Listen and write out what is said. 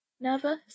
Nervous